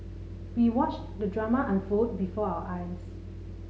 we watched the drama unfold before our eyes